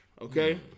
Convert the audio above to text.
okay